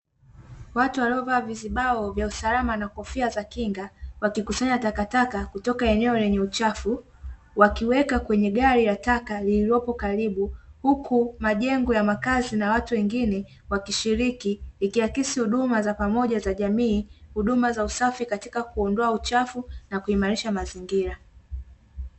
Watu waliovaa vizibao vya usalama na kofia za kinga wakikusanya takataka kutoka eneo lenye uchafu wakiweka kwenye gari la taka lilopo karibu huku majengo ya makazi na watu wengine wakishiriki. Ikiakisi huduma za pamoja za jamii, huduma za usafi katika kuondoa uchafu na kuimarisha mazingira.